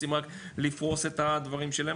רוצים רק לפרוס את הדברים שלהם,